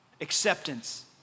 acceptance